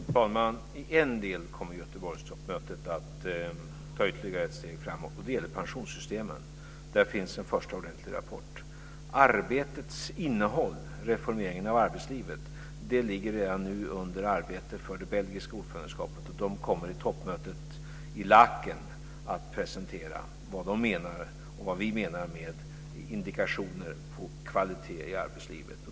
Fru talman! I en del kommer Göteborgstoppmötet att ta ytterligare ett steg framåt och det gäller pensionssystemen. Där finns en första ordentlig rapport. Arbetets innehåll och reformeringen av arbetslivet ligger redan nu under arbete för den belgiska ordförandeperioden. De kommer vid toppmötet i Laeken att presentera vad de menar och vad vi menar med indikationer på kvalitet i arbetslivet.